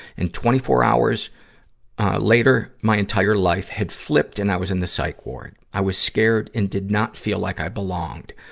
and twenty four hours later, my entire life had flipped and i was in the psych ward. i was scared and did not feel like i belonged.